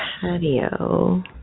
patio